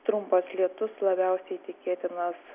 trumpas lietus labiausiai tikėtinas